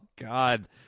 God